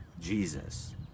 Jesus